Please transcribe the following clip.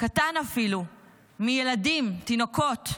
קטן אפילו, מילדים, מתינוקות,